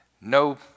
no